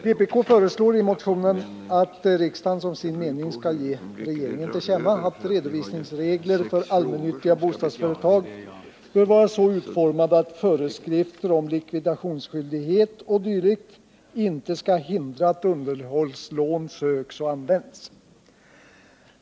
Vpk föreslår i motionen att riksdagen som sin mening skall ge regeringen till känna att redovisningsregler för allmännyttiga bostadsföretag bör vara så utformade att föreskrifter om likvidationsskyldighet o. d. inte skall hindra att underhållslån söks och används.